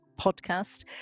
podcast